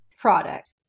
Product